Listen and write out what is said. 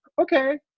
Okay